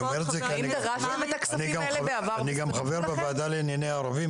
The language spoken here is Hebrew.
אני גם חבר בוועדה לענייני ערבים,